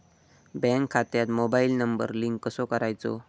Bank खात्यात mobile number link कसो करायचो?